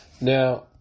Now